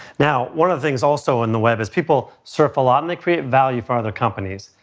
now, one of things also in the web is people surf a lot and they create value for other companies.